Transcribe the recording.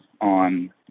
on